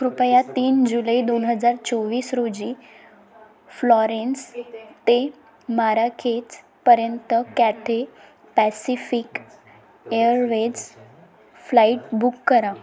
कृपया तीन जुलै दोन हजार चोवीस रोजी फ्लॉरेन्स ते माराखेचपर्यंत Cathay Pacific Airways flight book करा